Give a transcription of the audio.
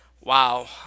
Wow